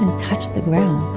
and touched the ground